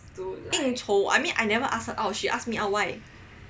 应酬 I mean like I never ask her out she ask me out why